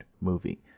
movie